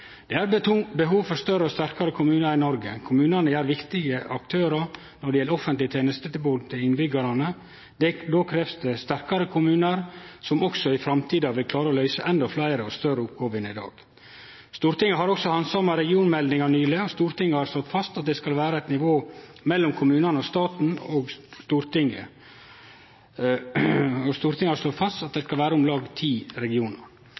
Det er behov for større og sterkare kommunar i Noreg. Kommunane er viktige aktørar når det gjeld det offentlege tenestetilbodet til innbyggjarane. Då krevst det sterkare kommunar som også i framtida vil klare å løyse endå fleire og større oppgåver enn i dag. Stortinget har også handsama regionmeldinga nyleg. Stortinget har slått fast at det skal vere eit nivå mellom kommunane og staten, og at det skal vere om lag ti regionar. Det